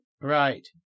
Right